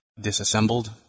disassembled